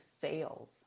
sales